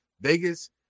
Vegas